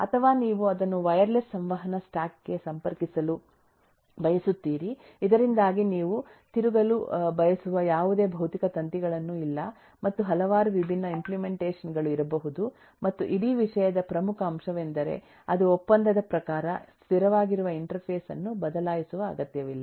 ಅಥವಾ ನೀವು ಅದನ್ನು ವೈರ್ಲೆಸ್ ಸಂವಹನ ಸ್ಟ್ಯಾಕ್ ಗೆ ಸಂಪರ್ಕಿಸಲು ಬಯಸುತ್ತೀರಿ ಇದರಿಂದಾಗಿ ನೀವು ತಿರುಗಲು ಬಯಸುವ ಯಾವುದೇ ಭೌತಿಕ ತಂತಿಗಳು ಇಲ್ಲ ಮತ್ತು ಹಲವಾರು ವಿಭಿನ್ನ ಇಂಪ್ಲೆಮೆಂಟೇಷನ್ ಗಳು ಇರಬಹುದು ಮತ್ತು ಇಡೀ ವಿಷಯದ ಪ್ರಮುಖ ಅಂಶವೆಂದರೆ ಅದು ಒಪ್ಪಂದದ ಪ್ರಕಾರ ಸ್ಥಿರವಾಗಿರುವ ಇಂಟರ್ಫೇಸ್ ಅನ್ನು ಬದಲಾಯಿಸುವ ಅಗತ್ಯವಿಲ್ಲ